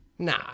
Nah